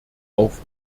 auf